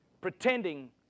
pretending